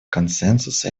консенсуса